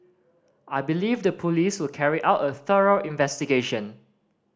I believe the police will carry out a thorough investigation